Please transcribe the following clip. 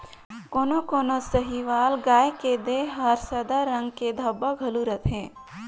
कोनो कोनो साहीवाल गाय के देह हर सादा रंग के धब्बा घलो रहथे